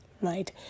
right